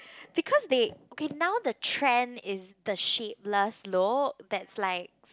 because they okay now the trend is the shapeless look that's like